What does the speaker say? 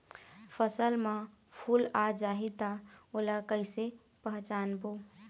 फसल म फूल आ जाही त ओला कइसे पहचानबो?